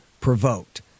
Provoked